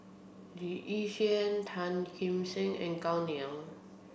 Lee Yi Shyan Tan Kim Seng and Gao Ning